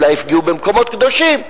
אולי יפגעו במקומות קדושים.